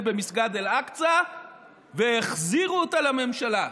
במסגד אל-אקצא והחזירו אותה לממשלה.